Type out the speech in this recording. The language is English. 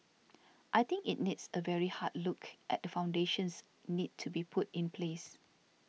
I think it needs a very hard look at the foundations need to be put in place